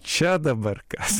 čia dabar kas